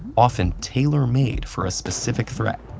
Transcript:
often tailor-made for a specific threat.